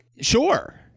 sure